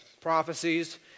prophecies